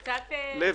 עודד, אתה קצת מתפזר.